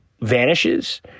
vanishes